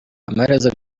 amaherezo